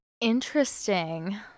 Interesting